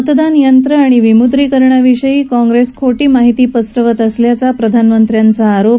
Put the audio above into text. मतदान यंत्रं आणि विमुद्रीकरणाविषयी काँग्रेस खोटी माहीती पसरवत असल्याचा प्रधानमंत्र्यांचा आरोप